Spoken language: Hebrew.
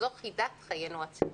זו חידת חיינו הציבוריים.